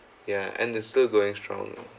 ya and it's still going strong